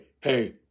hey